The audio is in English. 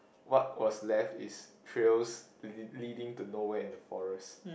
what was left is trails leading to nowhere in the forest